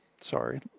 Sorry